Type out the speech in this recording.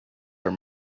are